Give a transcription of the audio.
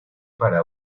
para